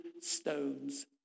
stones